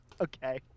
Okay